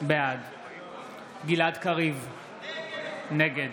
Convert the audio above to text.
בעד גלעד קריב, נגד